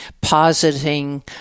positing